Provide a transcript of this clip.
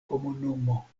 komunumo